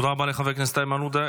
לחבר הכנסת איימן עודה.